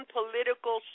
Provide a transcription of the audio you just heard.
political